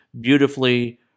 beautifully